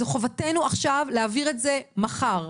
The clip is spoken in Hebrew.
מחובתנו עכשיו להעביר את זה מחר.